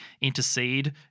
intercede